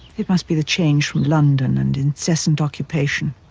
it must be the change from london and incessant occupation.